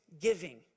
giving